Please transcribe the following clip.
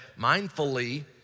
mindfully